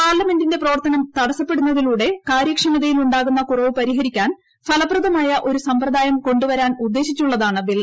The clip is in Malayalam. പാർലമെന്റിന്റെ പ്രവർത്തനം തടസ്സപ്പെടുന്നതിലൂടെ കാര്യക്ഷമതയിലുണ്ടാകുന്ന കുറവ് പരിഹരിക്കാൻ ഫലപ്രദമായ ഒരു സമ്പ്രദായം കൊണ്ടു വരാൻ ഉദ്ദ്യേശിച്ചുള്ളതാണ് ബിൽ